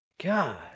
God